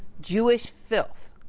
jewish filth.